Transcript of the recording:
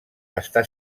està